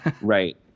Right